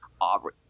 aubrey